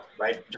right